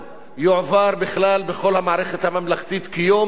בכלל בכל המערכת הממלכתית כיום זיכרון,